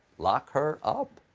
lock her up?